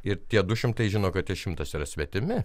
ir tie du šimtai žino kad tie šimtas yra svetimi